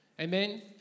amen